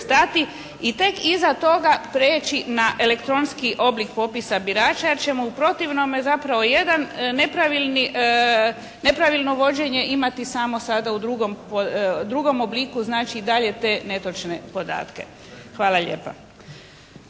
i tek iza toga preći na elektronski oblik popisa birača jer ćemo u protivnome zapravo jedan nepravilni, nepravilno vođenje imati samo sada u drugom obliku. Znači i dalje te netočne podatke. Hvala lijepa.